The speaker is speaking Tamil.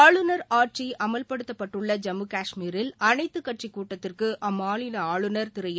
ஆளுநர் ஆட்சி அமல்படுத்தப்பட்டுள்ள ஜம்மு கஷ்மீரில் அனைத்துக் கட்சிக் கூட்டத்திற்கு அம்மாநில ஆளுநர் திரு என்